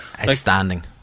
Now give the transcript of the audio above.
Outstanding